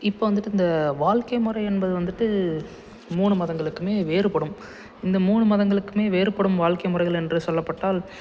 இப்போது வந்துட்டு இந்த வாழ்க்கைமுறை என்பது வந்துட்டு மூணு மதங்களுக்குமே வேறுபடும் இந்த மூணு மதங்களுக்குமே வேறுபடும் வாழ்க்கை முறைகள் என்று சொல்லப்பட்டால்